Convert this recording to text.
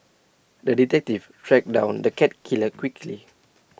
the detective tracked down the cat killer quickly